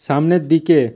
সামনের দিকে